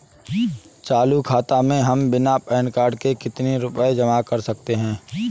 चालू खाता में हम बिना पैन कार्ड के कितनी रूपए जमा कर सकते हैं?